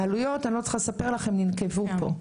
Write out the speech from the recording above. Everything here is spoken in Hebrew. על העלויות אני לא צריכה לספר לך, הן ננקבו פה.